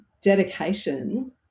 dedication